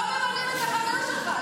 לא ממנים את החבר שלך.